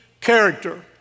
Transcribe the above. character